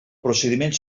procediments